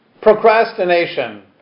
Procrastination